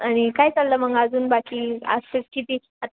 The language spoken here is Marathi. आणि काय चाललं मग अजून बाकी असंच किती आ